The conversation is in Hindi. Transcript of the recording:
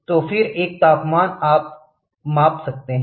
तो फिर एक तापमान आप माप है